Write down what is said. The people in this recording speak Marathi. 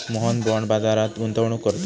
मोहन बाँड बाजारात गुंतवणूक करतो